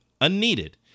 unneeded